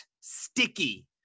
sticky